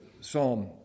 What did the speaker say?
Psalm